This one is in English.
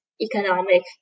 economic